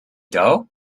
dough